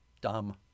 Dumb